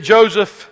Joseph